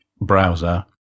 browser